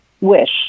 wish